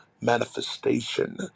manifestation